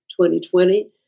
2020